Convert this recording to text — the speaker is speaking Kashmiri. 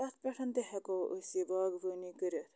تَتھ پٮ۪ٹھ تہِ ہٮ۪کو أسۍ یہِ باغبٲنی کٔرِتھ